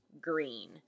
green